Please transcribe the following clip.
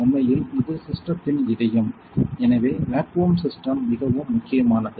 உண்மையில் இது சிஸ்டத்தின் இதயம் எனவே வேக்குவம் சிஸ்டம் மிகவும் முக்கியமானது